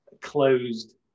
closed